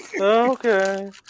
Okay